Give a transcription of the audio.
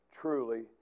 truly